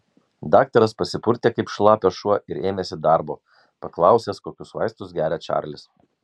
daktaras pasipurtė kaip šlapias šuo ir ėmėsi darbo paklausęs kokius vaistus geria čarlis